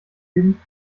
leben